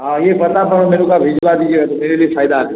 हाँ ये पता करो मेरे को अप भिजवा दीजिए तो मेरे लिए फ़ायदा है